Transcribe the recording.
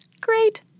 Great